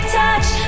touch